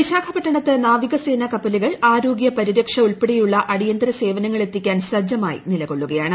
വിശാഖപട്ടണത്ത് നാവികസേനാ കപ്പലുകൾ ആരോഗ്യ പരിരക്ഷ ഉൾപ്പെടെയുള്ള അടിയന്തര സേവനങ്ങൾ എത്തിക്കാൻ സജ്ജമായി നിലകൊള്ളുകയാണ്